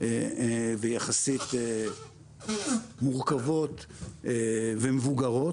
ויחסית מורכבות ומבוגרות,